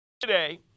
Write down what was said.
today